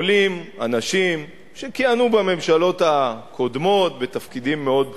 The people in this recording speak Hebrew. עולים אנשים שכיהנו בממשלות הקודמות בתפקידים מאוד בכירים,